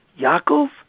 Yaakov